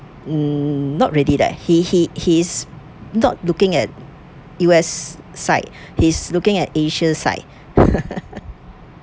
mm not ready that he he he's not looking at U_S side he's looking at asia side